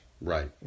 Right